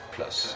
Plus